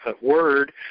word